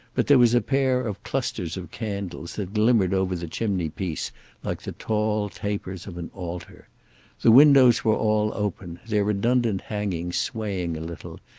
but there was a pair of clusters of candles that glimmered over the chimney-piece like the tall tapers of an altar. the windows were all open, their redundant hangings swaying a little,